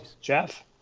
Jeff